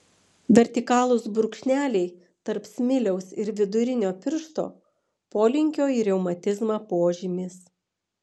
vertikalūs brūkšneliai tarp smiliaus ir vidurinio piršto polinkio į reumatizmą požymis